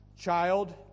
child